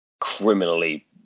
criminally